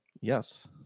Yes